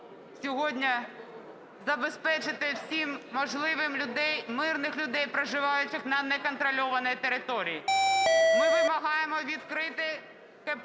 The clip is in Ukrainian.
сьогодні забезпечити всім можливим людей, мирних людей, проживаючих на неконтрольованій території. Ми вимагаємо відкрити КПВВ,